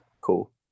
Cool